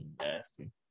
nasty